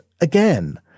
again